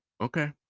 okay